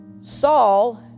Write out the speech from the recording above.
Saul